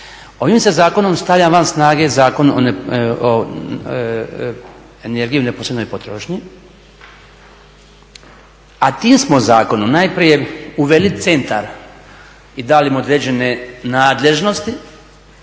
Ovim se zakonom stavlja van snage Zakon o energiji u neposrednoj potrošnji, a tim smo zakonom najprije uveli centar i dali mu određene nadležnosti